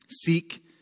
Seek